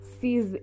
sees